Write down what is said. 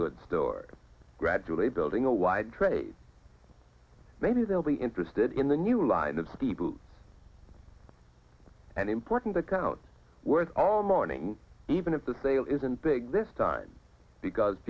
goods stores gradually building a wide trade maybe they'll be interested in the new line of the booth and important account worth all morning even if the sale isn't big this time because